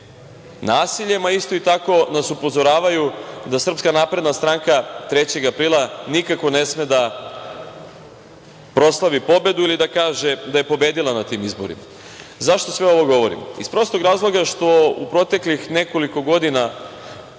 nasiljem, a isto tako nas upozoravaju da SNS 3. aprila nikako ne sme da proslavi pobedu ili da kaže da je pobedila na tim izborima.Zašto sve ovo govorim? Iz prostog razloga što u proteklih nekoliko godina